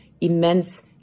immense